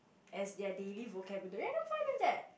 as their daily vocabulary I've no problem with that